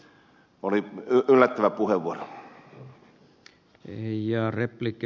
kyllä minusta oli yllättäviä puheenvuoroja